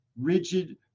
rigid